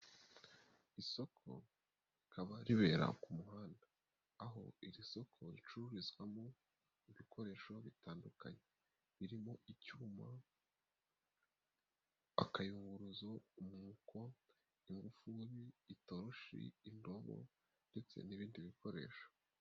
Isoko rikaba ribera ku muhanda. Aho iri soko ricururizwamo ibikoresho bitandukanye. Birimo icyuma, akayunguruzo, umwuko, ingufuri, itoroshi, indobo ndetse n'ibindi bikoresho.